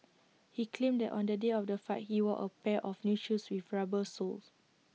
he claimed that on the day of the fight he wore A pair of new shoes with rubber soles